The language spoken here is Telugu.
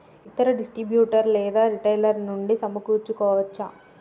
ఇతర డిస్ట్రిబ్యూటర్ లేదా రిటైలర్ నుండి సమకూర్చుకోవచ్చా?